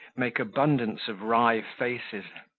make abundance of wry faces,